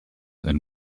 and